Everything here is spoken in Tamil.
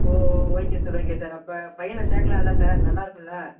ஓ ஓ ஓகே சார் ஓகே சார் அப்போ பையனை சேர்க்கலாம்ல சார் நல்லாருக்கும்ல